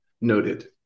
noted